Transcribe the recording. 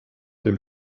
dem